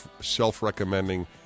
self-recommending